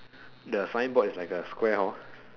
the sign board is like a square hor